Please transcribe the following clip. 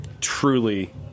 truly